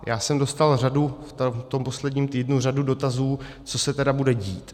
Já jsem dostal v tom posledním týdnu řadu dotazů, co se tedy bude dít.